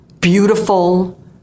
beautiful